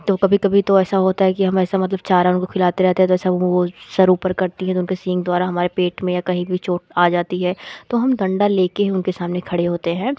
तो कभी कभी तो ऐसा होता है कि हम ऐसा मतलब चारा उनको खिलाते रहते हैं तो ऐसा वह सिर ऊपर करती हैं तो उनके सींग द्वारा हमारे पेट में या कहीं भी चोंट आ जाती है तो हम डंडा लेकर ही उनके सामने खड़े होते हैं